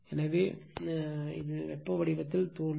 எனவே வெப்ப வடிவத்தில் தோன்றும்